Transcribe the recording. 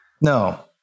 No